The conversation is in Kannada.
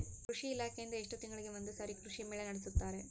ಕೃಷಿ ಇಲಾಖೆಯಿಂದ ಎಷ್ಟು ತಿಂಗಳಿಗೆ ಒಂದುಸಾರಿ ಕೃಷಿ ಮೇಳ ನಡೆಸುತ್ತಾರೆ?